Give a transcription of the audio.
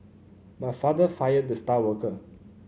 my father fired the star worker